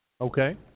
Okay